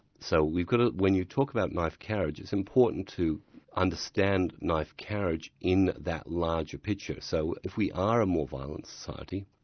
so kind of when you talk about knife carriage, it's important to understand knife carriage in that larger picture. so if we are a more violent society,